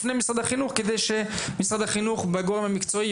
לפני משרד החינוך כדי שמשרד החינוך והגורם המקצועי,